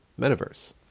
metaverse